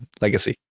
legacy